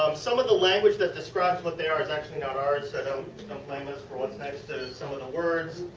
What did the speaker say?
some of the language that describes what they are is actually not ours. so, don't um blame us for what is next to some of the words.